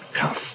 cuff